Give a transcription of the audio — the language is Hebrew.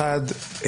אחת,